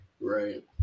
right